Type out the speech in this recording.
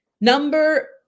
Number